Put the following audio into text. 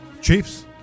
Chiefs